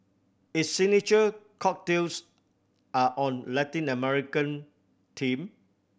its signature cocktails are on Latin American theme